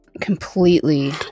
completely